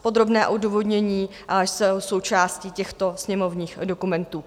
Podrobná odůvodnění jsou součástí těchto sněmovních dokumentů.